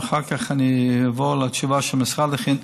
ואחר כך אני אעבור לתשובה שהמשרד הכין,